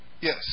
yes